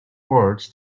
words